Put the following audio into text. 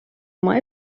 oma